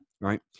Right